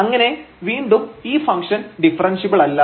അങ്ങനെ വീണ്ടും ഈ ഫംഗ്ഷൻ ഡിഫറെൻഷ്യബിളല്ല